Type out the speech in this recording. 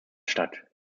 statt